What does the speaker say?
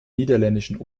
niederländischen